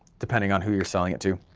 depending on who you're selling it to.